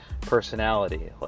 personality